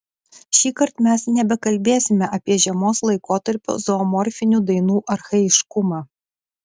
šįkart mes nebekalbėsime apie žiemos laikotarpio zoomorfinių dainų archaiškumą